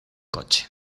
coche